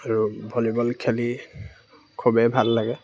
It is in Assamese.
আৰু ভলীবল খেলি খুবেই ভাল লাগে